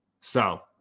So-